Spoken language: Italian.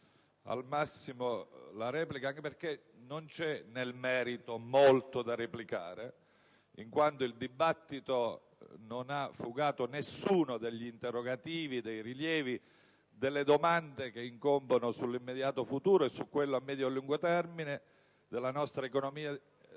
della mia replica, anche perché non c'è nel merito molto da replicare. Il dibattito non ha infatti risposto a nessuno degli interrogativi, dei rilievi e delle domande che incombono sull'immediato futuro e su quello a medio e lungo termine della nostra economia